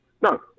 no